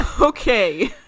Okay